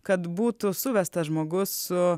kad būtų suvestas žmogus su